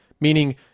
Meaning